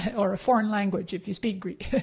or a foreign language, if you speak greek.